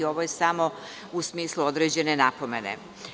Ovo je samo u smislu određene napomene.